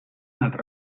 altre